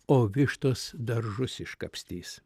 o vištos daržus iškapstys